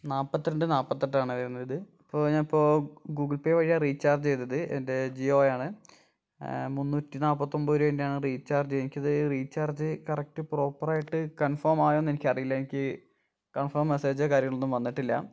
നാൽപത്തി രണ്ട് നാൽപത്തി എട്ടാണ് വരുന്നത് ഇപ്പോൾ ഞാനിപ്പോൾ ഗൂഗിൾ പേ വഴിയാണ് റീചാർജ് ചെയ്തത് എൻ്റെ ജിയോയാണ് മുന്നൂറ്റി നാപ്പത്തൊമ്പത് രൂപെൻ്റെയാണ് റീചാർജ് എനിക്കത് റീചാർജ് കറക്റ്റ് പ്രോപ്പറായിട്ട് കൺഫോമായോന്നെനിക്കറിയില്ല എനിക്ക് ഈ കൺഫോം മെസ്സേജോ കാര്യങ്ങളൊന്നും വന്നിട്ടില്ല